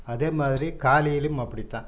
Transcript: அதே மாதிரி காலையிலையும் அப்படி தான்